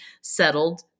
settled